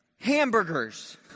Hamburgers